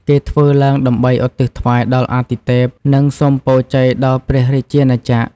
គេធ្វើឡើងដើម្បីឧទ្ទិសថ្វាយដល់អាទិទេព និងសូមពរជ័យដល់ព្រះរាជាណាចក្រ។